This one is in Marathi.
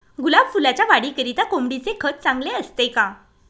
गुलाब फुलाच्या वाढीकरिता कोंबडीचे खत चांगले असते का?